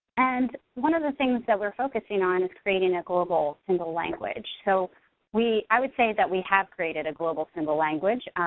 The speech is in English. and one of the things that we're focusing on is creating a global single language. so i would say that we have created a global single language.